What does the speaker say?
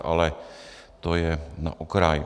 Ale to je na okraj.